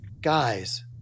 guys